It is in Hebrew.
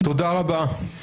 תודה רבה.